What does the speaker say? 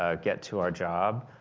ah get to our job.